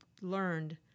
learned